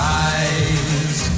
eyes